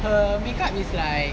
her makeup is like